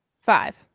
Five